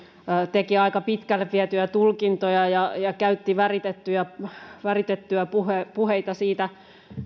teki aika pitkälle vietyjä tulkintoja ja ja käytti väritettyä puhetta puhetta siitä